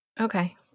Okay